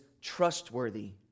trustworthy